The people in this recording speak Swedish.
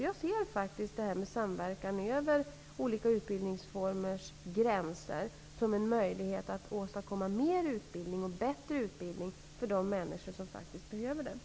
Jag ser faktiskt samverkan över gränserna mellan olika utbildningsformer som en möjlighet att åstadkomma mer och bättre utbildning för de människor som faktiskt behöver den.